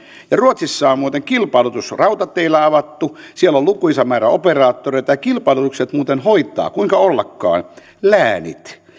ja ruotsissa on muuten kilpailutus rautateillä avattu siellä on lukuisa määrä operaattoreita ja kilpailutukset muuten hoitavat kuinka ollakaan läänit